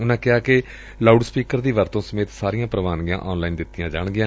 ਉਨਾਂ ਕਿਹਾ ਕਿ ਲਾਊਡ ਸਪੀਕਰ ਦੀ ਵਰਤੋਂ ਸਮੇਤ ਸਾਰੀਆਂ ਪ੍ਰਵਾਨਗੀਆਂ ਆਨ ਲਾਈਨ ਦਿੱਤੀਆਂ ਜਾਣਗੀਆਂ